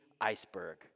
iceberg